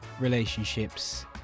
relationships